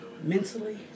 mentally